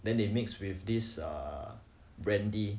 then they mix with this err brandy